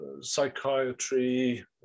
psychiatry